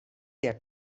der